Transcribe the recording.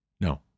No